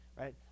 right